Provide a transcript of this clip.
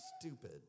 Stupid